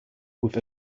with